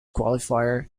qualifier